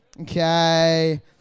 okay